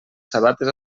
sabates